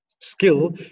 skill